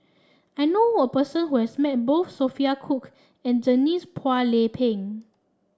I know a person who has met both Sophia Cooke and Denise Phua Lay Peng